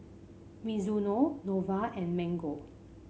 Mizuno Nova and Mango